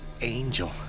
angel